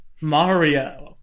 Mario